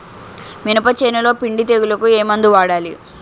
మినప చేనులో పిండి తెగులుకు ఏమందు వాడాలి?